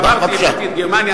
הבאתי את גרמניה,